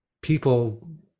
People